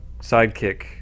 sidekick